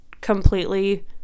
completely